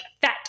fat